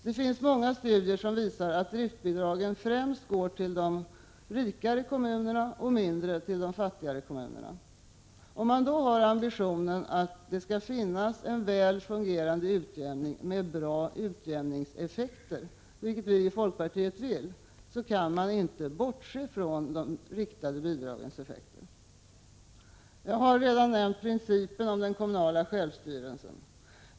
Det finns många studier som visar att driftbidragen främst går till de rikare kommunerna och mindre till de fattigare kommunerna. Om man då har ambitionen att det skall finnas en väl fungerande utjämning med bra utjämningseffekter — vilket vi i folkpartiet vill — kan man inte bortse från dessa de riktade bidragens effekter. Jag har redan nämnt principen om den kommunala självstyrelsen.